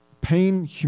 pain